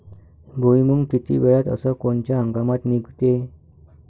भुईमुंग किती वेळात अस कोनच्या हंगामात निगते?